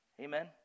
Amen